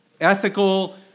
Ethical